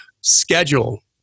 Schedule